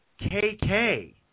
KK